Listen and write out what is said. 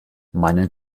meinen